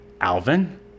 Alvin